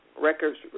records